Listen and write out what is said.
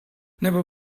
nebo